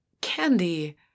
Candy